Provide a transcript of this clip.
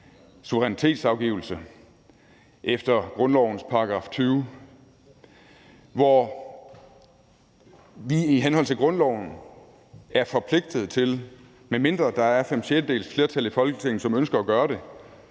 suverænitetsafgivelse efter grundlovens § 20, hvor vi i henhold til grundloven er forpligtet til – medmindre der er fem sjettedeles flertal i Folketinget, som ønsker at gøre det,